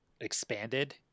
expanded